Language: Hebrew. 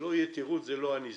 שלא יהיה תירוץ: זה לא אני,